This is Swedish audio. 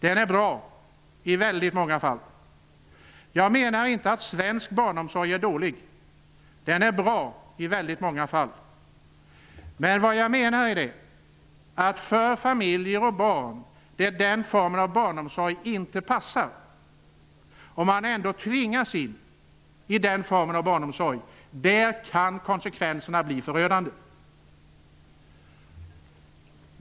Den är bra i väldigt många fall. Jag menar inte att svensk barnomsorg är dålig. Den är bra i väldigt många fall. Vad jag menar är, att för familjer och barn för vilka den formen av barnomsorg inte passar, men där man ändå tvingas in i den formen, kan konsekvenserna bli förödande.